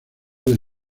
del